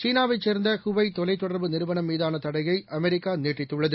சீனாவைச் சேர்ந்தஹூவெய் தொலைத்தொடர்பு நிறுவனம் மீதானதடையை அமெரிக்காநீட்டித்துள்ளது